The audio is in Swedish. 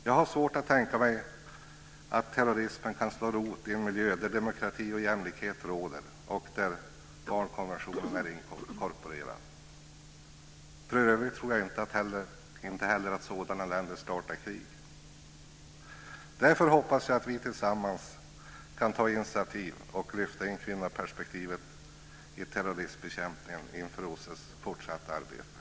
Jag har svårt att tänka mig att terrorismen kan slå rot i en miljö där demokrati och jämlikhet råder och där barnkonventionen respekteras. För övrigt tror jag inte heller att sådana länder startar krig. Därför hoppas jag att vi tillsammans kan ta initiativ till att i OSSE:s fortsatta arbete lyfta in kvinnoperspektivet i terroristbekämpningen.